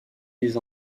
les